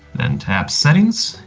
then, tap settings.